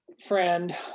friend